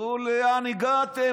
תראו לאן הגעתם.